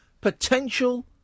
potential